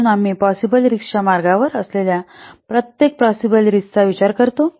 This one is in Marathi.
म्हणून आम्ही पॉसिबल रिस्कच्या मार्गावरवर असलेल्या प्रत्येक पॉसिबल रिस्कचा विचार करतो